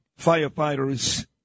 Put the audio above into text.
firefighters